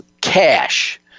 Cash